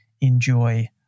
Enjoy